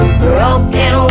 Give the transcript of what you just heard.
broken